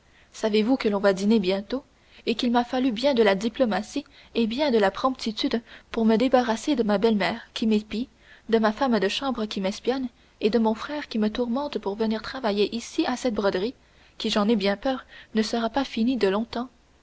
savez-vous que l'on va dîner bientôt et qu'il m'a fallu bien de la diplomatie et bien de la promptitude pour me débarrasser de ma belle-mère qui m'épie de ma femme de chambre qui m'espionne et de mon frère qui me tourmente pour venir travailler ici à cette broderie qui j'en ai bien peur ne sera pas finie de longtemps